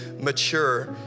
mature